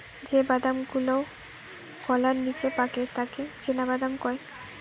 যে বাদাম গুলাওকলার নিচে পাকে তাকে চীনাবাদাম কয়